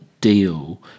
deal